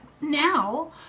now